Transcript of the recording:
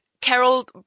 Carol